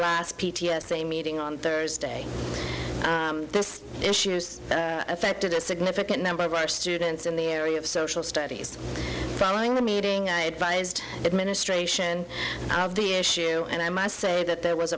last p t s a meeting on thursday this issues affected a significant number of our students in the area of social studies following the meeting i advised administration of the issue and i might say that there was